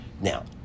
Now